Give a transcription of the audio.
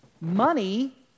money